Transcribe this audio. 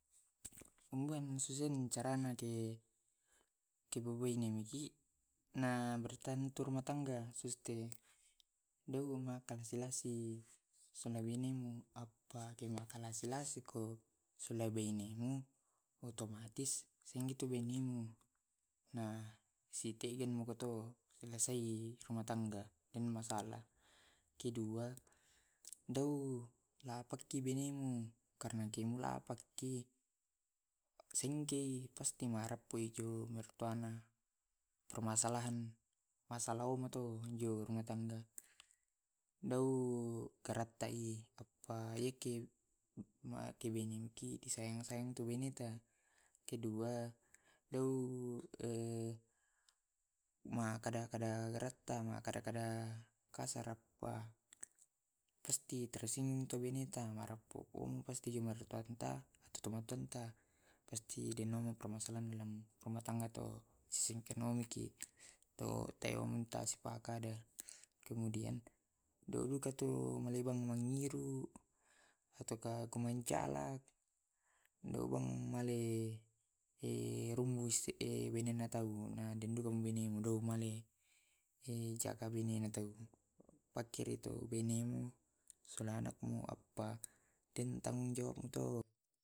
Umbuan susun caranya kebubuin tu mog. Na bertambah tu keluarga suster na sumai minim na sulasiko silong bainemu. Otoatis sayang ki tu benemu. Sitegemako to selesai ruma tangga. Dau lapaki benemu karena de mulapaki sengkei karena muharapki ju mertuana. Permasalahan masalahmu to jo dau karattai pa ke ibinemu di sayang sayang tu beneta. Kedua lau makada kadagaretta makada kada kasar pasti tersinggung ki tu eneta parakaisifatta timatoatta singkonomiki teo minta sepakat dan kemudia duluka tu malebuan atau ku kumenjala lau wang male ehh rumuh se wenena tau domale jaka binemu tau pakere tu benemu solana mu appa dentanggung jawabmu to dan